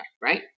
right